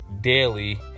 daily